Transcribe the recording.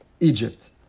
Egypt